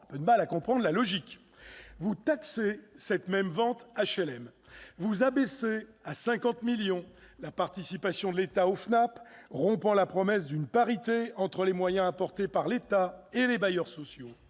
un peu de mal à comprendre votre logique. Vous taxez cette même vente d'HLM. Vous abaissez à 50 millions d'euros la participation de l'État au FNAP, rompant la promesse d'une parité entre les moyens apportés par l'État et ceux des bailleurs sociaux.